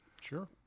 Sure